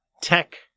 tech